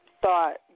thought